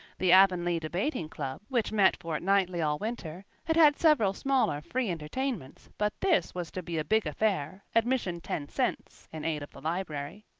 the avonlea debating club, which met fortnightly all winter, had had several smaller free entertainments but this was to be a big affair, admission ten cents, in aid of the library.